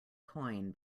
coin